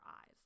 eyes